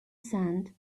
sand